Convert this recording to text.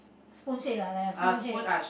spoon shape ah like that spoon shape